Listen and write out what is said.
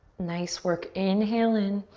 nice work. inhale in.